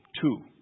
two